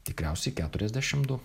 tikriausiai keturiasdešim du